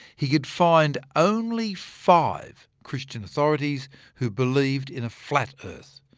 he could find only five christian authorities who believed in a flat earth.